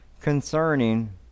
concerning